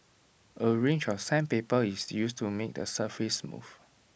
A range of sandpaper is used to make the surface smooth